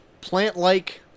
plant-like